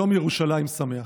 יום ירושלים שמח.